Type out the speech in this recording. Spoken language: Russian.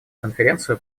конференцию